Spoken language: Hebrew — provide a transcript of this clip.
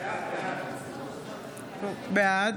בעד